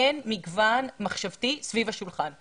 אין מגוון מחשבתי סביב השולחן.